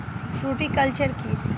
Fruticulture কী?